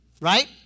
right